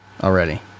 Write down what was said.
already